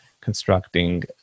constructing